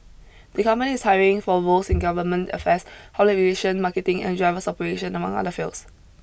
the company is hiring for roles in government affairs public relation marketing and drivers operation among other fields